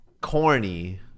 Corny